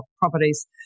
properties